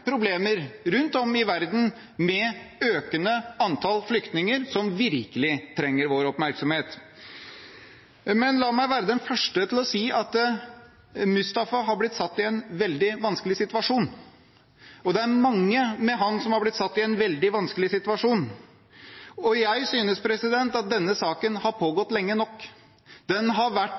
problemer rundt om i verden med økende antall flyktninger som virkelig trenger vår oppmerksomhet. Men la meg være den første til å si at Mustafa er blitt satt i en veldig vanskelig situasjon. Og det er mange med ham som er blitt satt i en veldig vanskelig situasjon. Jeg synes at denne saken har pågått lenge nok. Den har vært